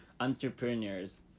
entrepreneurs